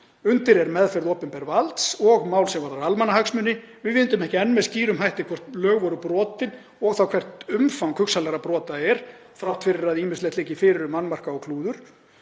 undir er meðferð opinbers valds og mál sem varðar almannahagsmuni. Við vitum ekki enn með skýrum hætti hvort lög voru brotin og hvert umfang hugsanlegra brota er, þrátt fyrir að ýmislegt liggi fyrir um annmarka og klúður.